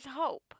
hope